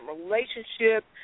relationship